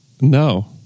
no